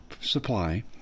supply